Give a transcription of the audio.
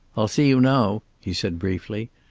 i'll see you now, he said briefly,